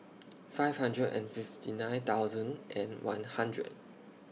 five hundred and fifty nine thousand and one hundred